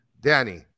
Danny